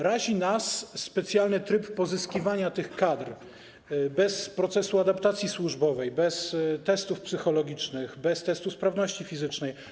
Razi nas specjalny tryb pozyskiwania tych kadr, bez procesu adaptacji służbowej, bez testów psychologicznych, bez testu sprawności fizycznej.